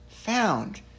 found